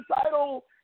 title